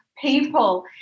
people